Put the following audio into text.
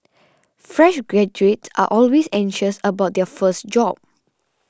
fresh graduates are always anxious about their first job